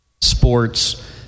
sports